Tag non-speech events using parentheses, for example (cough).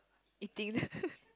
eating (laughs)